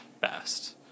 best